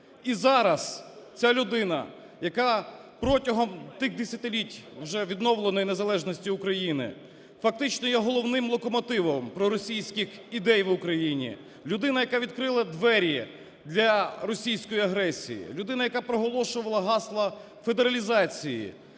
І зараз ця людина, яка протягом тих десятиліть вже відновленої незалежності України фактично є головним локомотивом проросійських ідей в Україні, людина, яка відкрила двері для російської агресії, людина, яка проголошувала гасла федералізації,